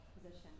position